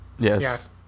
Yes